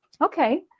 Okay